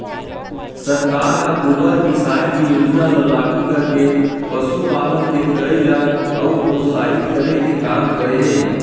सरकार ह गोबर बिसाये के योजना ल लागू करके पसुपालन के करई ल अउ प्रोत्साहित करे के काम करे हे